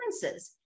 differences